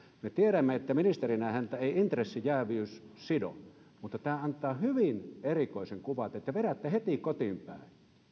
me tiedämme että ministerinä häntä ei intressijääviys sido mutta tämä antaa hyvin erikoisen kuvan että te vedätte heti kotiinpäin